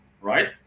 right